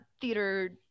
theater